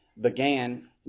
began